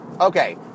Okay